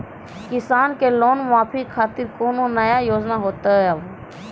किसान के लोन माफी खातिर कोनो नया योजना होत हाव?